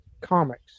comics